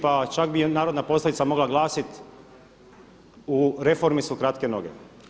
Pa čak bi narodna poslovica mogla glasit „u reformi su kratke noge“